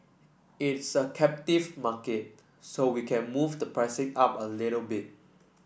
it's a captive market so we can move the pricing up a little bit